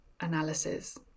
analysis